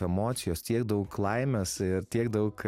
emocijos tiek daug laimės ir tiek daug